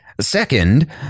Second